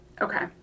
Okay